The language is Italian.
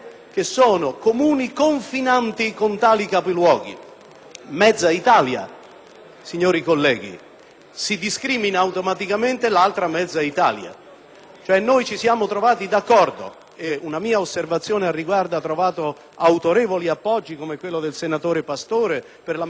signori colleghi, per cui si discrimina automaticamente l'altra metà del Paese. Ci siamo trovati d'accordo - ed una mia osservazione al riguardo ha trovato autorevoli appoggi, come quello del senatore Pastore, per la maggioranza, o del senatore Ceccanti, per l'opposizione - nel dire che il principio,